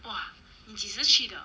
!wah! 你几时去的